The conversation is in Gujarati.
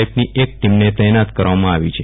એફની એક ટીમને તૈનાત કરવામાં આવી છે